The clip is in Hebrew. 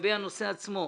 לגבי הנושא עצמו.